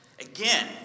again